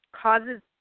causes